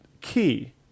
key